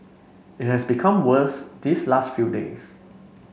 it has become worse these last few days